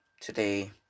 Today